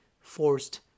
forced